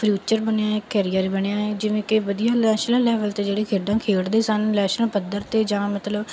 future ਬਣਿਆ career ਬਣਿਆ ਜਿਵੇਂ ਕਿ ਵਧੀਆ ਨੈਸ਼ਨਲ ਲੈਵਲ 'ਤੇ ਜਿਹੜੇ ਖੇਡਾਂ ਖੇਡਦੇ ਸਨ ਨੈਸ਼ਨਲ ਪੱਧਰ 'ਤੇ ਜਾਂ ਮਤਲਬ